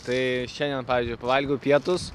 tai šiandien pavyzdžiui pavalgiau pietus